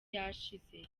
yashize